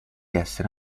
essere